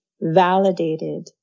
validated